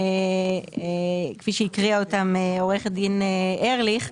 כפי שהקריאה אותם עורכת הדין ארליך,